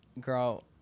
girl